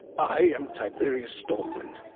i am tiberius stormwind.